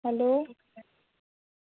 hello